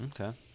Okay